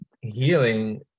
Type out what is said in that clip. healing